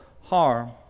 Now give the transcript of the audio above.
harm